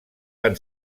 van